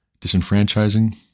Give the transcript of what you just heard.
disenfranchising